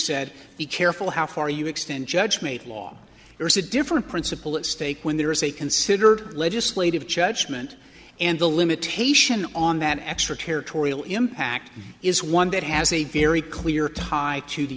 said be careful how far you extend judge made law there is a different principle at stake when there is a considered legislative judgment and a limitation on that extra territorial impact is one that has a very clear tie to the